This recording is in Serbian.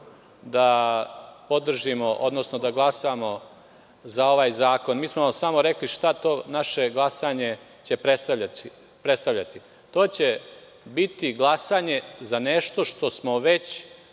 da podržimo odnosno da glasamo za ovaj zakon. Mi smo vam samo rekli šta će to naše glasanje predstavljati. To će biti glasanje za nešto što smo već